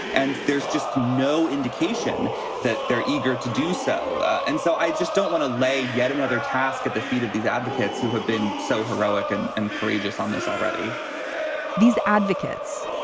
and there's just no indication that they're eager to do so. and so i just don't want to lay yet another task at the feet of these advocates who have been so heroic and and courageous courageous on this already these advocates,